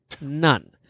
None